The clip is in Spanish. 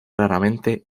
raramente